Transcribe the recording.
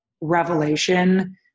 revelation